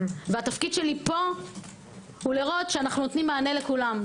התפקיד שלי פה הוא לראות שאנו נותנים מענה לכולם,